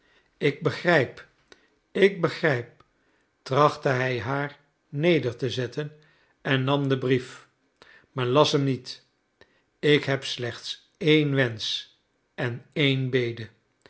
ik begrijp ik begrijp trachtte hij haar neder te zetten en nam den brief maar las hem niet ik heb slechts één wensch en ééne bede